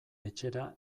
etxera